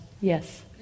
Yes